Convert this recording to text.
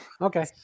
Okay